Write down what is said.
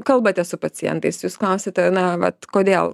kalbate su pacientais jūs klausiate na vat kodėl